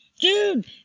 Dude